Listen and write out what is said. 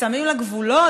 ושמים לה גבולות,